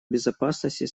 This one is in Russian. безопасности